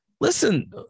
listen